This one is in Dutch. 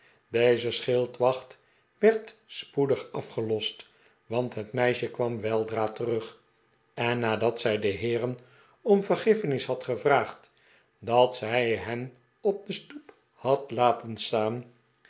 deze schildwacht werd spoedig afgelost want het meisje kwam weldra terug en nadat zij de heeren om vergiffenis had gevraagd dat zij hen op de stoep had laten staan